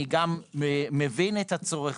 אני גם מבין את הצורך